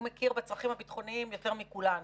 הוא מכיר בצרכים הביטחוניים יותר מכולנו,